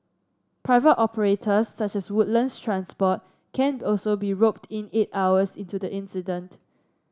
private operators such as Woodlands Transport can also be roped in eight hours into the incident